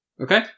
Okay